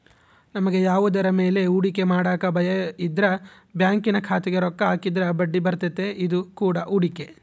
ನಮಗೆ ಯಾವುದರ ಮೇಲೆ ಹೂಡಿಕೆ ಮಾಡಕ ಭಯಯಿದ್ರ ಬ್ಯಾಂಕಿನ ಖಾತೆಗೆ ರೊಕ್ಕ ಹಾಕಿದ್ರ ಬಡ್ಡಿಬರ್ತತೆ, ಇದು ಕೂಡ ಹೂಡಿಕೆ